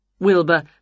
Wilbur